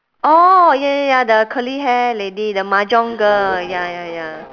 orh ya ya ya the curly hair lady the mahjong girl ya ya ya